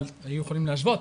אבל היו יכולים להשוות.